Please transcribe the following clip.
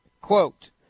Quote